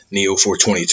Neo420